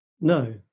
No